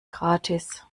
gratis